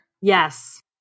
Yes